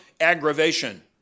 aggravation